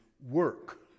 work